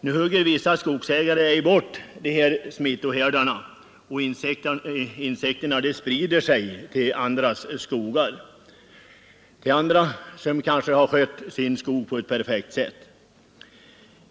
Nu hugger en del skogsägare inte bort smittohärdarna, och insekterna sprider sig då till andra skogar, dvs. till marker vilkas ägare kanske har skött skogen på ett perfekt sätt.